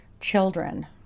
children